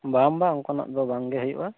ᱵᱟᱝ ᱵᱟᱝ ᱚᱱᱠᱟᱱᱟᱜ ᱫᱚ ᱵᱟᱝᱜᱮ ᱦᱩᱭᱩᱜᱼᱟ